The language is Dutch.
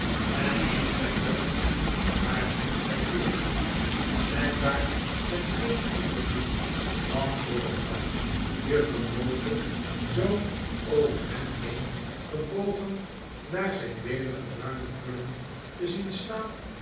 en liet zijn hoofd door haar inspecteeren blijkbaar met geen ander doel dan voor de grap juffrouw mowcher zoo over hem heen gebogen naar zijn welige bruine krullen te zien staan